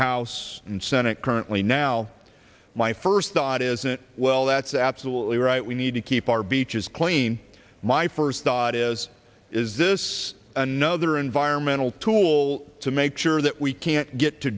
house and senate currently now my first thought isn't well that's absolutely right we need to keep our beaches clean my first thought is is this another environmental tool to make sure that we can't get to